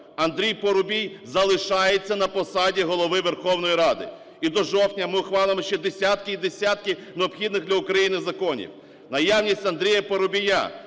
Андрій Парубій залишається на посаді Голови Верховної Ради. І до жовтня ми ухвалимо ще десятки і десятки необхідних для України законів. Наявність Андрія Парубія